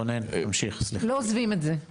אנחנו לא עוזבים את זה.